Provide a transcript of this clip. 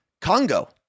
Congo